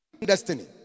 destiny